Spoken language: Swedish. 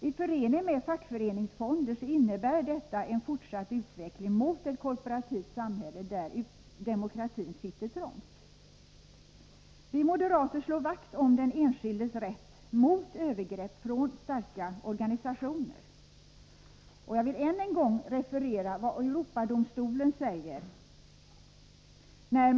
I förening med fackföreningsfonder innebär detta en fortsatt utveckling mot ett korporativt samhälle där demokratin sitter trångt. Vi moderater slår vakt om den enskildes rätt mot övergrepp från starka organisationer. Jag vill än en gång referera vad Europadomstolen säger när .